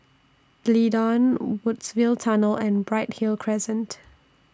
D'Leedon Woodsville Tunnel and Bright Hill Crescent